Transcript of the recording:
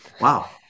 wow